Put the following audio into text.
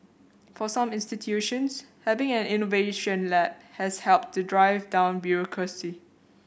for some institutions having an innovation lab has helped to drive down bureaucracy